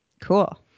Cool